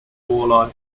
walleye